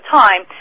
time